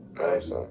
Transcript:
Right